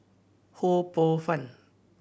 Ho Poh Fun